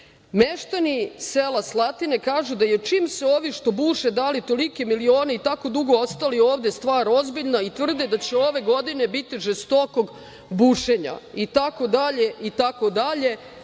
Đurić.Meštani sela Slatine kažu da je čim su ovi što buše dali tolike milione i to dugo ostali ovde, stvar ozbiljna i tvrde da će ove godine biti žestokog bušenja itd, itd. Za